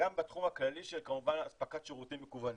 וגם בתחום הכללי של כמובן אספקת שירותים מקוונים.